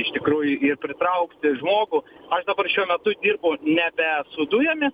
iš tikrųjų ir pritraukti žmogų aš dabar šiuo metu dirbu nebe su dujomis